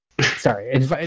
Sorry